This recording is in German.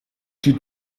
die